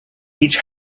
each